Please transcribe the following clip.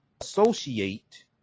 associate